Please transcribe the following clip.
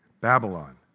Babylon